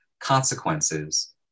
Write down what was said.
consequences